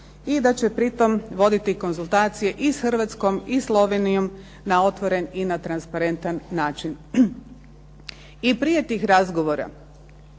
i da će pritom voditi konzultacije i s Hrvatskom i Slovenijom na otvoren i na transparentan način. I prije tih razgovora,